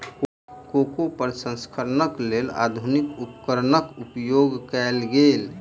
cocoa प्रसंस्करणक लेल आधुनिक उपकरणक उपयोग कयल गेल